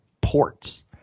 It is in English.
ports